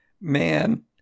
Man